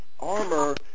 armor